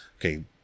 Okay